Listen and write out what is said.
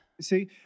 See